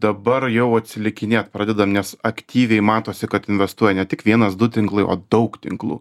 dabar jau atsilikinėt pradedam nes aktyviai matosi kad investuoja ne tik vienas du tinklai o daug tinklų